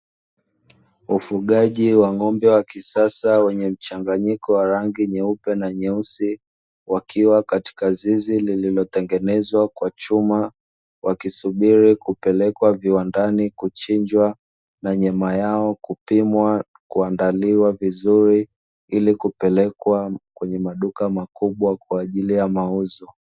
Ufugaji wa ng'ombe wa kisasa wenye mchanganyiko wa rangi nyeupe na nyeusi, wakiwa katika zizi lililotengenezwa kwa chuma, wakisubiri kupelekwa viwandani kuchinjwa na nyama yao kupimwa, kuandaliwa vizuri ili kupelekwa kwenye maduka makubwa kwa ajili ya mauzo.